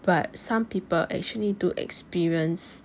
but some people actually do experience